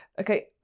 okay